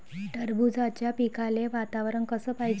टरबूजाच्या पिकाले वातावरन कस पायजे?